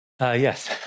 Yes